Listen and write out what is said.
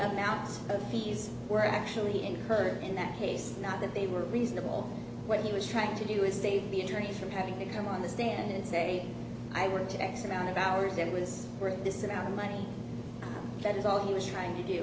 amount of fees were actually incurred in that case not that they were reasonable what he was trying to do is they'd be attorneys from having to come on the stand and say i want to x amount of hours it was worth this amount of money that is all he was trying to do